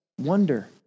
wonder